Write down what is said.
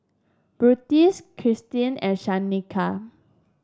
Krystle and Shanika